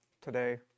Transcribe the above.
today